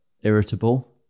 irritable